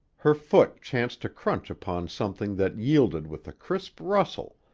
her foot chanced to crunch upon something that yielded with a crisp rustle,